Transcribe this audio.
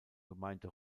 gemeinde